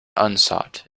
unsought